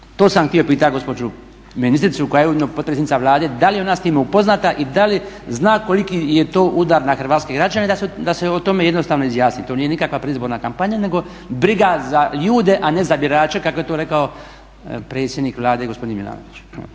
To sam htio pitati gospođu ministricu koja je ujedno potpredsjednica Vlade, da li ona s time upoznata i da li zna koliki je to udar na hrvatske građane da se o tome jednostavno izjasni. To nije nikakva predizborna kampanja nego briga za ljude, a ne za birače kako je to rekao predsjednik Vlade gospodin Milanović.